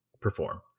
perform